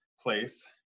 place